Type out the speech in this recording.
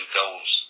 goals